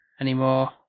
anymore